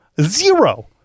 Zero